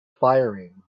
firing